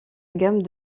gamme